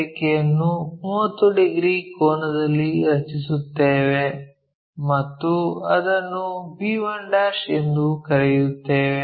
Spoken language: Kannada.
ರೇಖೆಯನ್ನು 30 ಡಿಗ್ರಿ ಕೋನದಲ್ಲಿ ರಚಿಸುತ್ತೇವೆ ಮತ್ತು ಅದನ್ನು b1 ಎಂದು ಕರೆಯುತ್ತೇವೆ